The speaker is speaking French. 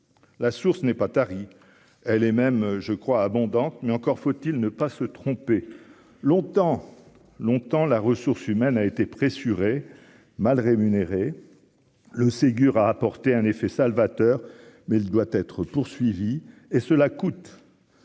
la source n'est pas tari, elle est même je crois abondante, mais encore faut-il ne pas se tromper, longtemps, longtemps, la ressource humaine a été pressurés mal rémunérés le Ségur à apporter un effet salvateur, mais elle doit être poursuivie et cela coûte